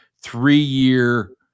three-year